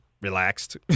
relaxed